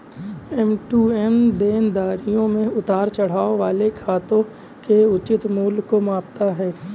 M to M देनदारियों में उतार चढ़ाव वाले खातों के उचित मूल्य को मापता है